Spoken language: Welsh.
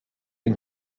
yng